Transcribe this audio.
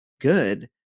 good